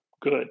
Good